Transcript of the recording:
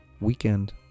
weekend